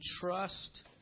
trust